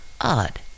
Odd